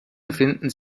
befinden